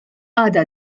għadha